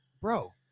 bro